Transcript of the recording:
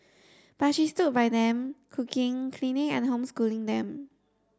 but she stood by them cooking cleaning and homeschooling them